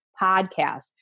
podcast